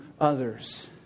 others